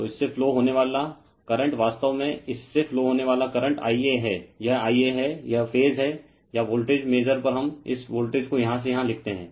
तो इससे फ्लो होने वाला करंट वास्तव में इससे फ्लो होने वाला करंट Ia है यह Ia है यह फेज है या वोल्टेज मेजर पर हम इस वोल्टेज को यहाँ से यहाँ लिखते हैं